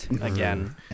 again